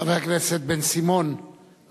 חבר הכנסת בן-סימון,